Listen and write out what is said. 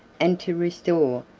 and to restore,